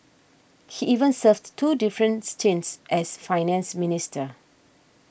he even served two different stints as Finance Minister